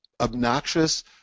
obnoxious